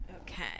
Okay